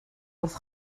wrth